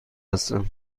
هستم